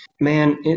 man